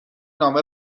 نامه